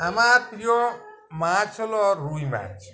আমার প্রিয় মাছ হলো রুই মাছ